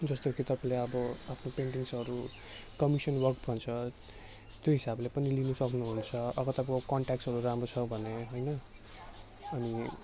जस्तो कि तपाईँले अब आफ्नो पेन्टिङ्ग्सहरू कमिसन वर्क भन्छ त्यो हिसाबले पनि लिनु सक्नुहुन्छ अब तपाईँको कन्टेक्सहरू राम्रो छ भने होइन अनि